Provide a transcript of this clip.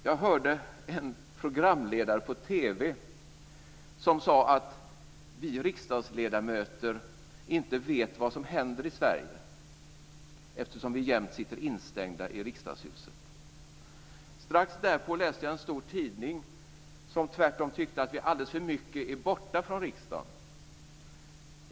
Jag hörde en programledare i TV som sade att vi riksdagsledamöter inte vet vad som händer i Sverige, eftersom vi jämt sitter instängda i Riksdagshuset. Strax därpå läste jag i en stor tidning där man tvärtom tyckte att vi alldeles för mycket är borta från riksdagen.